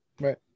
Right